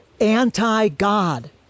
anti-God